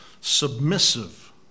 submissive